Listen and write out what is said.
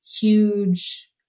huge